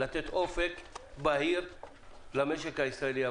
לתת אופק בהיר למשק הישראלי.